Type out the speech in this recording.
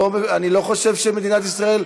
אני לא חושב שמדינת ישראל,